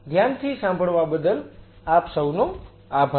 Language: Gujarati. ધ્યાનથી સાંભળવા બદલ આપ સૌનો આભાર